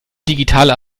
digitale